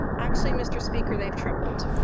actually, mr. speaker, they've tripled.